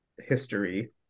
history